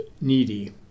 needy